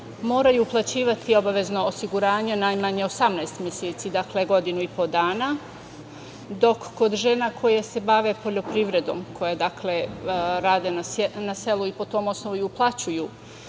moraju uplaćivati obavezno osiguranje najmanje 18 meseci, dakle godinu i po dana, dok kod žena koje se bave poljoprivedom, koje rade na selu i po tom osnovu uplaćuju